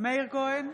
מאיר כהן,